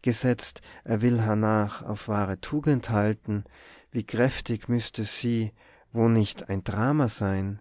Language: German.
gesetzt er will hernach auf wahre tugend halten wie kräftig müsste sie wo nicht ein drama sein